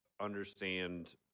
understand